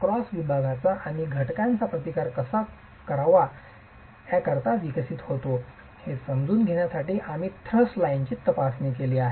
cross विभागआणि घटकाचा प्रतिकार कसा विकसित होतो हे समजून घेण्यासाठी आम्ही थ्रस्ट लाइनची तपासणी केली आहे